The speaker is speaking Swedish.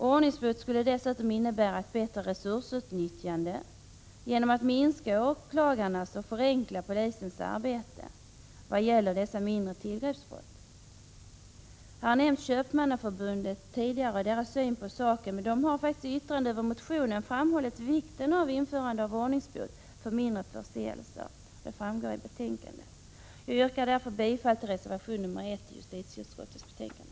Ordningsbot skulle dessutom innebära ett bättre resursutnyttjande genom att man härigenom minskar åklagarnas och förenklar polisens arbete vad gäller dessa mindre tillgreppsbrott. Köpmannaförbundets syn på denna fråga har nämnts tidigare. Köpmannaförbundet har i yttrande över motionen framhållit vikten av införandet av ordningsbot för mindre förseelser, vilket också framgår av betänkandet. Jag yrkar bifall till reservation nr 1 vid justitieutskottets betänkande.